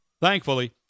Thankfully